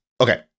okay